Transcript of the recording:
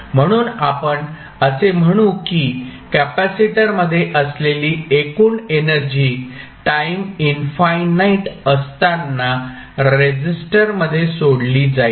म्हणून आपण असे म्हणू की कपॅसिटरमध्ये असलेली एकूण एनर्जी टाईम इनफाइनाइट असतांना रेसिस्टरमध्ये सोडली जाईल